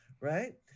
right